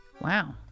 Wow